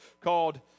called